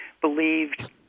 believed